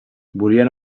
volien